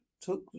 Took